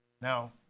Now